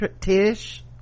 tish